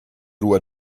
loi